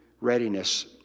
readiness